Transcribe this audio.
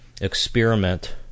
experiment